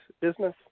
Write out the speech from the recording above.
business